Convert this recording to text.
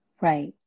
Right